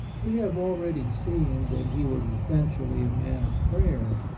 we have already seen that he was essentially a man of prayer,